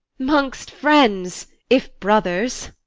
mongst friends, if brothers.